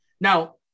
Now